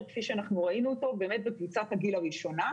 כפי שאנחנו ראינו אותו בקבוצת הגיל הראשונה.